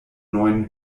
neun